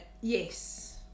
Yes